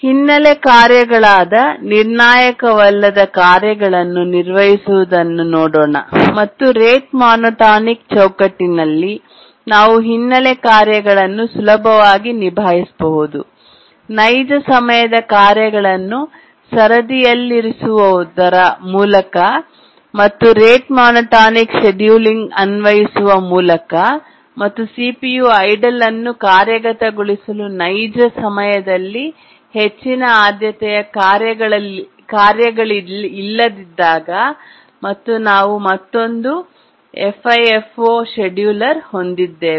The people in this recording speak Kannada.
ಹಿನ್ನೆಲೆ ಕಾರ್ಯಗಳಾದ ನಿರ್ಣಾಯಕವಲ್ಲದ ಕಾರ್ಯಗಳನ್ನು ನಿರ್ವಹಿಸುವುದನ್ನು ನೋಡೋಣ ಮತ್ತು ರೇಟ್ ಮೋನೋಟೋನಿಕ್ ಚೌಕಟ್ಟಿನಲ್ಲಿ ನಾವು ಹಿನ್ನೆಲೆ ಕಾರ್ಯಗಳನ್ನು ಸುಲಭವಾಗಿ ನಿಭಾಯಿಸಬಹುದು ನೈಜ ಸಮಯದ ಕಾರ್ಯಗಳನ್ನು ಸರದಿಯಲ್ಲಿರಿಸುವುದರ ಮೂಲಕ ಮತ್ತು ರೇಟ್ ಮೋನೋಟೋನಿಕ್ ಶೆಡ್ಯೂಲ್ಲಿಂಗ ಅನ್ವಯಿಸುವ ಮೂಲಕ ಮತ್ತು ಸಿಪಿಯು ಐಡಲ್ ಅನ್ನು ಕಾರ್ಯಗತಗೊಳಿಸಲು ನೈಜ ಸಮಯದಲ್ಲಿ ಹೆಚ್ಚಿನ ಆದ್ಯತೆಯ ಕಾರ್ಯಗಳಿಲ್ಲದಿದ್ದಾಗ ಮತ್ತು ನಾವು ಮತ್ತೊಂದು FIFO ಷೆಡ್ಯೂಳೆರ್ ಹೊಂದಿದ್ದೇವೆ